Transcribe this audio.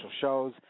shows